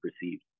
perceived